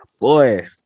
Boy